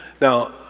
Now